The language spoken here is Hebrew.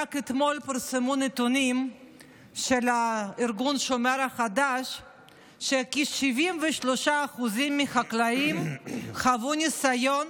רק אתמול פורסמו נתונים של ארגון השומר החדש שכ-73% מהחקלאים חוו ניסיון